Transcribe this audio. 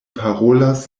parolas